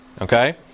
Okay